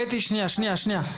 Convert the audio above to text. קטי שנייה שנייה,